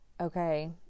okay